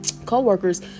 co-workers